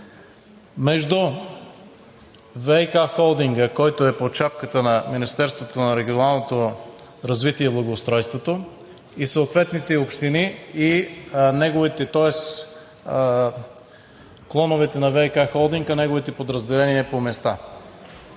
между ВиК холдинга, който е под шапката на Министерството на регионалното развитие и благоустройството и съответните общини, тоест клоновете на ВиК холдинга – неговите подразделения, по места.